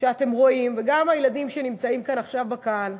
שאתם רואים, גם הילדים שנמצאים כאן עכשיו בקהל,